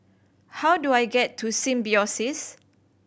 how do I get to Symbiosis